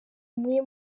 umwe